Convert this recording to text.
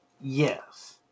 yes